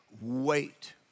wait